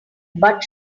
but